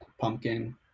pumpkin